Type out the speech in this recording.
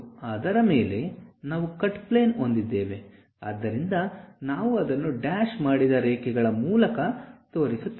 ಅದರ ಮೇಲೆ ನಾವು ಕಟ್ ಪ್ಲೇನ್ ಹೊಂದಿದ್ದೇವೆ ಆದ್ದರಿಂದ ನಾವು ಅದನ್ನು ಡ್ಯಾಶ್ ಮಾಡಿದ ರೇಖೆಗಳ ಮೂಲಕ ತೋರಿಸುತ್ತೇವೆ